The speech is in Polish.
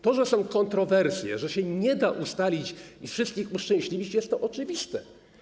To, że są kontrowersje, że się nie da ustalić i wszystkich uszczęśliwić, jest oczywiste.